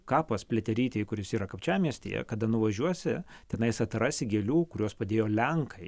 kapas pliaterytei kuris yra kapčiamiestyje kada nuvažiuosi tenais atrasi gėlių kuriuos padėjo lenkai